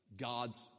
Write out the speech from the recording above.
god's